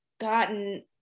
gotten